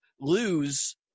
lose